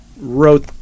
wrote